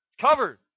Covered